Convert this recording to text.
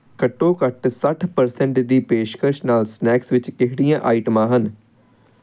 ਘੱਟੋ ਘੱਟ ਸੱਠ ਪਰਸੈਂਟ ਦੀ ਪੇਸ਼ਕਸ਼ ਨਾਲ ਸਨੈਕਸ ਵਿੱਚ ਕਿਹੜੀਆਂ ਆਈਟਮਾਂ ਹਨ